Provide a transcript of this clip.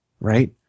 right